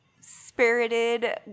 spirited